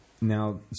now